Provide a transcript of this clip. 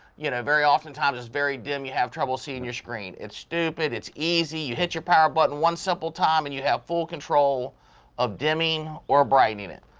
you know very often times it's very dim, you have trouble seeing your screen. it's stupid, it's easy. you hit your power button one simple time and you have full control of dimming or brightening it.